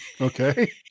okay